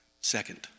Second